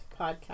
podcast